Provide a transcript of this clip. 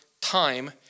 Time